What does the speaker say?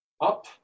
up